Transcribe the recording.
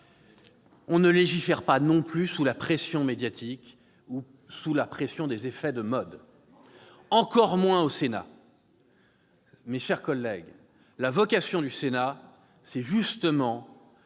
On ne légifère pas non plus sous la pression médiatique ou sous la pression des effets de mode, encore moins au Sénat. Mes chers collègues, la vocation de la Haute Assemblée